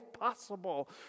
possible